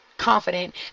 confident